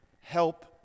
help